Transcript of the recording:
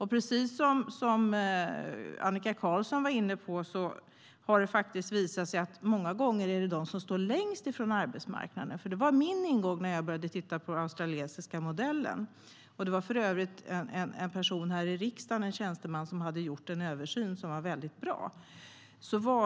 Precis som Annika Qarlsson var inne på handlar det om hur vi ska kunna hjälpa dem som står väldigt långt ifrån arbetsmarknaden att få ett bättre och effektivare stöd. Det var min ingång när jag började titta på den australiensiska modellen. Det var för övrigt en tjänsteman här i riksdagen som hade gjort en översyn som var väldigt bra.